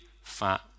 fat